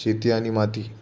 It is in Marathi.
शेती आणि माती